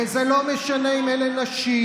וזה לא משנה אם אלה נשים,